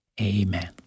Amen